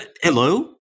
Hello